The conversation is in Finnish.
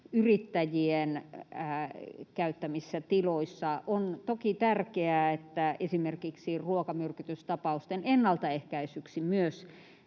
pitopalveluyrittäjien käyttämissä tiloissa. On toki tärkeää, että esimerkiksi ruokamyrkytystapausten ennaltaehkäisyksi myös